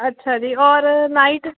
ਅੱਛਾ ਜੀ ਔਰ ਨਾਈਟ